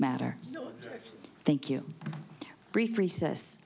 matter thank you brief recess